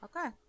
Okay